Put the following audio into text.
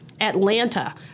Atlanta